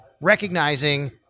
recognizing